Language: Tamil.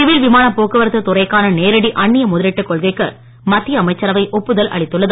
சிவில் விமான போக்குவரத்து துறைக்கான நேரடி அன்னிய முதலீட்டு கொள்கைக்கு மத்திய அமைச்சரவை ஒப்புதல் அளித்துள்ளது